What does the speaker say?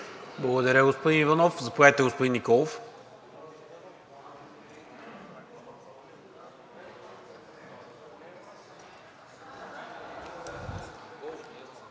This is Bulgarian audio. Благодаря, господин Иванов. Заповядайте, господин Николов.